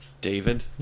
David